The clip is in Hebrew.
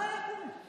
מה היה קורה?